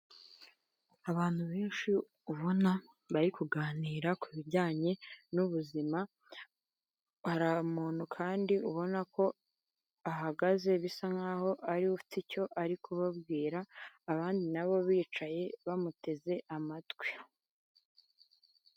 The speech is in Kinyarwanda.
Abantu benshi ubona bari kuganira ku bijyanye nubuzima, hara umuntu kandi ubona ko ahagaze bisa nkaho ariwe ufite icyo ari kubabwira, abandi nabo bicaye bamuteze amatwi.